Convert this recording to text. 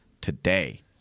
today